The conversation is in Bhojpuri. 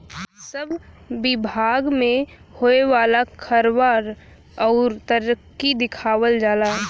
सब बिभाग मे होए वाला खर्वा अउर तरक्की दिखावल जाला